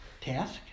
task